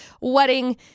wedding